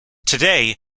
today